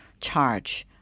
charge